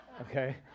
okay